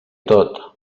tot